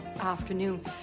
afternoon